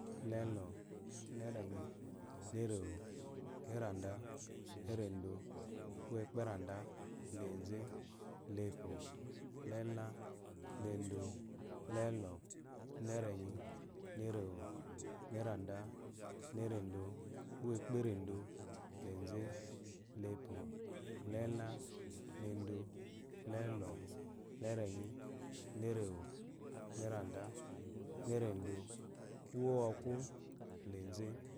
La-elo, la-erenyi, la-erewo, la-eranda, la-erendo, uwekperanda, la-enze, la-epo, la-ela, la-endo, la-elo, la-erenyi, la-erewo, la-eranda, la-erendo, uwekperendo, la-enze, la-epo, la-ela, la-endo, la-elo, la-erenyi, la-erewo, la-eranda, la-erendo. uwowɔku, la-enze